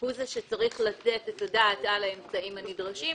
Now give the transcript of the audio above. הוא שצריך לתת את הדעת על האמצעים הנדרשים.